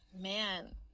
Man